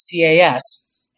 CAS